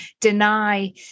deny